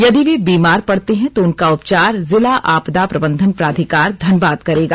यदि वे बीमार पड़ते हैं तो उनका उपचार जिला आपदा प्रबंधन प्राधिकार धनबाद करेगा